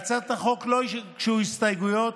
להצעת החוק לא הוגשו הסתייגויות,